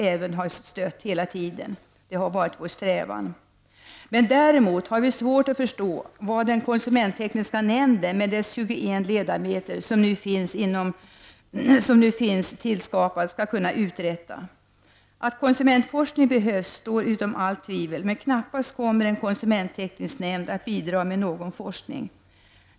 Det har hela tiden varit vår strävan. Däremot har vi svårt att förstå vad den konsumenttekniska nämnden med dess 21 ledamöter skall kunna uträtta. Att konsumentforskning behövs står utom allt tvivel. Men en konsumentteknisk nämnd kommer knappast att bidra med någon forskning.